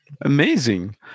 Amazing